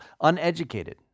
Uneducated